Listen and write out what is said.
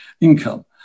income